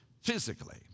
physically